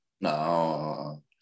No